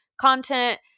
content